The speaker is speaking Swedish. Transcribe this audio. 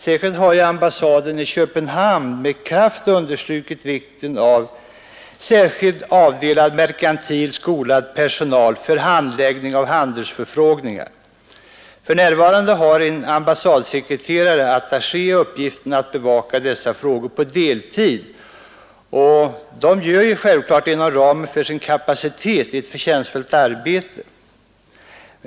Särskilt har ambassaden i Köpenhamn med kraft understrukit vikten av särskilt avdelad merkantilt skolad personal för handläggning av handelsförfrågningar. För närvarande har en ambassadsekreterare/attaché uppgiften att bevaka dessa frågor på deltid. De gör självfallet inom ramen för sin kapacitet ett förtjänstfullt arbete.